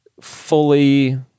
fully